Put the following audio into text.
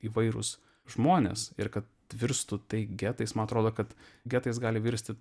įvairūs žmonės ir kad virstų tai getais man atrodo kad getais gali virsti